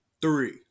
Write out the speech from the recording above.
three